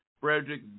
Frederick